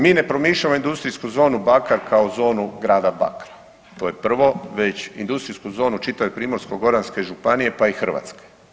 Mi ne promišljamo industrijsku zonu Bakar kao zonu grada Bakra, to je prvo već industrijsku zonu čitave Primorsko-goranske županije, pa i Hrvatske.